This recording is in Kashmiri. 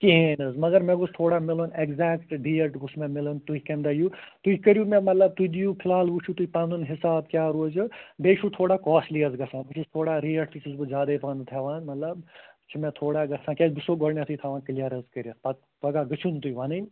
کہیٖنۍ نَہ حظ مگر مےٚ گوٚژھ تھوڑا میلُن ایٚکزیکٹہٕ ڈیٹ گوٚژھ مےٚ میلُن تُہۍ کمہِ دۄہ ییُِو تُہۍ کٔرِو مےٚ مطلب تُہۍ دیو فی الحال وُچھو تُہۍ پنُن حِساب کیٚاہ روزوٕ بیٚیہِ چھُو تھوڑا کوٛاسٹلی آز گژھان بہٕ چھُس تھوڑا ریٖٹ تہِ چھُس بہٕ زیادٔے پہنتھ ہیٚوان مطلب چھُ مےٚ تھوڑا گژھان کیٚازِ بہٕ چھُسو گۄڈٕنیٚتھٕے تھاوان حظ کلیر کرتھ پتہٕ پگاہ گٔژھوٕ نہٕ تُہۍ ونٕنۍ